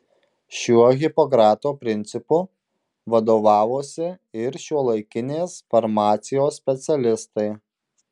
šiuo hipokrato principu vadovavosi ir šiuolaikinės farmacijos specialistai